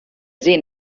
sehen